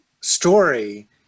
story